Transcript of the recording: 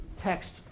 text